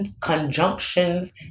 conjunctions